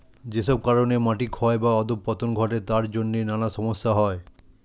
যেসব কারণে মাটি ক্ষয় বা অধঃপতন ঘটে তার জন্যে নানা সমস্যা হয়